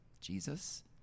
Jesus